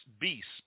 beast